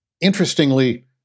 Interestingly